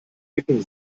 ecken